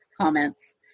comments